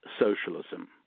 socialism